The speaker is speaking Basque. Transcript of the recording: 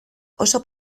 oso